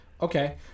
Okay